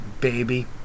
baby